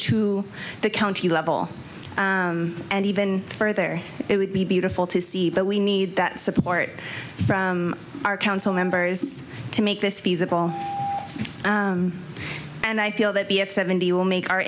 to the county level and even further it would be beautiful to see but we need that support from our council members to make this feasible and i feel that the of seventy will make our